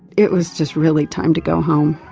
it was just really time to go home.